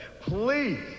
Please